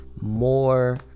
more